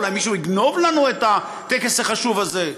אולי מישהו יגנוב לנו את הטקס החשוב הזה.